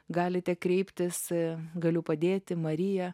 galite kreiptis galiu padėti marija